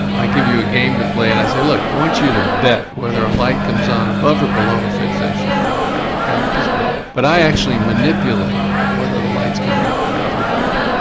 i give you a game to play and i say look, i want you to bet whether a light comes on above or below a fixation point okay just bet. but i actually manipulate whether the light's coming above or below.